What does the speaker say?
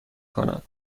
کند